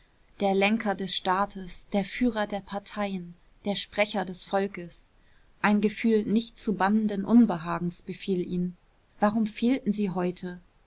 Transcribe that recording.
der lenker des staates der führer der parteien der sprecher des volkes ein gefühl nicht zu bannenden unbehagens befiel ihn warum fehlten sie heute